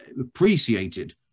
appreciated